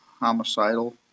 homicidal